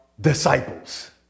disciples